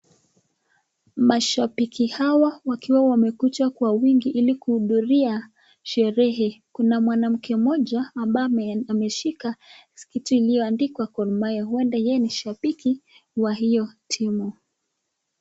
Mashambiki hawa wakiwa wamekuja kwa wingi ili kuhudhuria sherehe. Kuna mwanamke mmoja ambaye ameshika sketi iliyoandikwa Gor Mahia, ueda yeye ni shambiki wa hio timu.